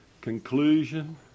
conclusion